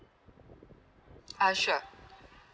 ah sure